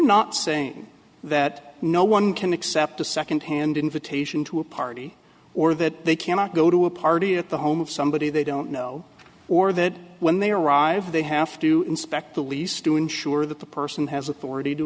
not saying that no one can accept a second hand invitation to a party or that they cannot go to a party at the home of somebody they don't know or that when they arrive they have to inspect the lease to ensure that the person has authority